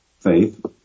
Faith